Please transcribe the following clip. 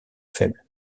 faibles